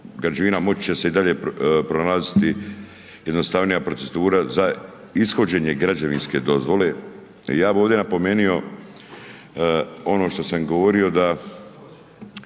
građevina moći će se i dalje pronalaziti jednostavnija procedura za ishođenje građevinske dozvole. Ja bi ovdje napomenio ono što sam govorio da